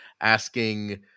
asking